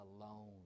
alone